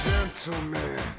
Gentleman